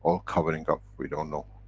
um covering up, we don't know,